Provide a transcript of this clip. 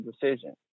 decision